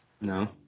No